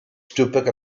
stupak